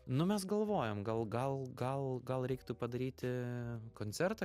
nu mes galvojom gal gal gal gal reiktų padaryti koncertą